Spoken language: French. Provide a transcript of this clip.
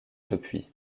depuis